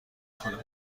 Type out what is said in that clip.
کنم